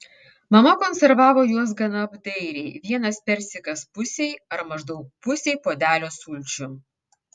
mama konservavo juos gana apdairiai vienas persikas pusei ar maždaug pusei puodelio sulčių